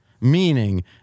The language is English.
meaning